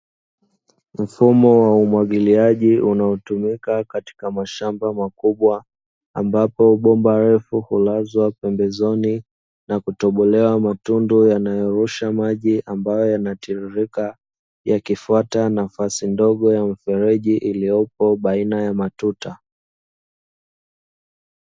Mfumo wa umwagiliaji unaotumika katika mashamba makubwa, ambapo bomba refu kulazwa pembezoni na kutobolewa matundu yanayorusha maji, ambayo yanatiririka, yakifuata nafasi ndogo ya mfereji iliyopo baina ya matuta.